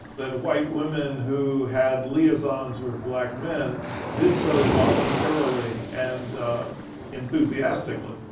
that white women who had liaisons with black men did so voluntarily and enthusiastically.